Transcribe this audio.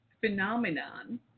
phenomenon